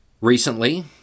Recently